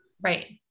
Right